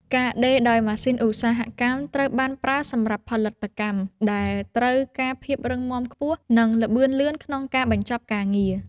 ការដេរដោយម៉ាស៊ីនឧស្សាហកម្ម ត្រូវបានប្រើសម្រាប់ផលិតកម្មដែលត្រូវការភាពរឹងមាំខ្ពស់ និងល្បឿនលឿនក្នុងការបញ្ចប់ការងារ។